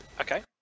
okay